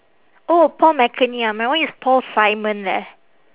oh paul mckenny ah my one is paul simon leh